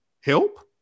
Help